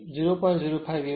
05 વેબર છે